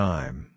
Time